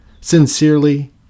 Sincerely